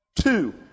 two